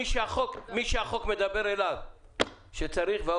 מי שהחוק מדבר אליו האוצר,